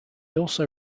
also